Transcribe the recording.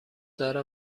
دارم